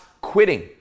quitting